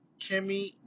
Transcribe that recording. Kimmy